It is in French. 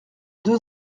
deux